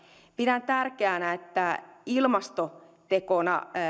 pidän tärkeänä ilmastotekona että